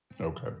Okay